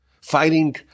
fighting